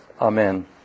Amen